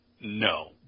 no